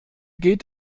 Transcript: geht